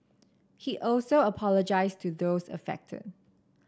he also apologised to those affected